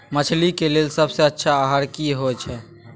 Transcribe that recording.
मछली के लेल सबसे अच्छा आहार की होय छै?